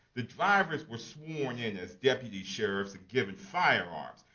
the drivers were sworn in as deputy sheriffs and given firearms.